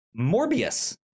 Morbius